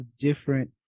different